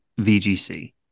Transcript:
vgc